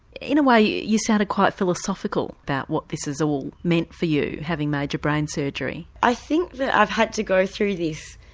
in a way you you sounded quite philosophical about what this has all meant for you having major brain surgery. i think that i've had to go through this,